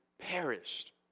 perished